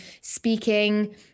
speaking